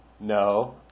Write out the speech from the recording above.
No